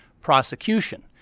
prosecution